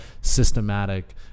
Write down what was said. systematic